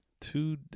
two